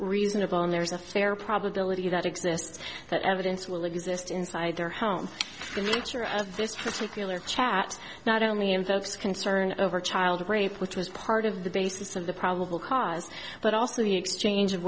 reasonable and there's a fair probability that exists that evidence will exist inside their home to make sure of this particular chat not only in folks concern over child rape which was part of the basis of the probable cause but also the exchange of